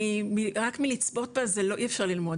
רק מלצפות בה אי אפשר ללמוד,